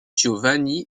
giovanni